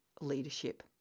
leadership